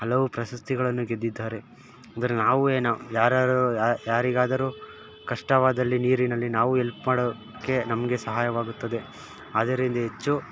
ಹಲವು ಪ್ರಶಸ್ತಿಗಳನ್ನು ಗೆದ್ದಿದ್ದಾರೆ ಅಂದರೆ ನಾವು ಏನು ಯಾರು ಯಾರು ಯಾರಿಗಾದರೂ ಕಷ್ಟವಾದಲ್ಲಿ ನೀರಿನಲ್ಲಿ ನಾವು ಎಲ್ಪ್ ಮಾಡೋಕ್ಕೆ ನಮಗೆ ಸಹಾಯವಾಗುತ್ತದೆ ಆದ್ದರಿಂದ ಹೆಚ್ಚು